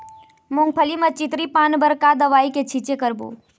मूंगफली म चितरी पान बर का दवई के छींचे करबो?